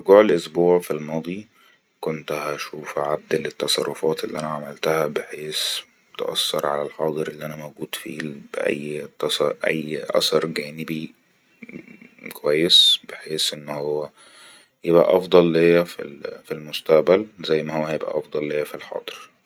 في جوا الأسبوع في الماضي كنت أشوف اعدل التصرفات اللي عملتها بها بحيث تؤثر على الحاضر اللموجود فيه بأي ـص أثر جانبي بحيث يكون أفضل ليا في المستقبل زي م هو أفضل ليا في الحاضر